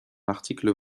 l’article